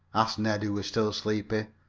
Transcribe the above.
asked ned, who was still sleepy.